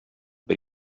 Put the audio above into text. per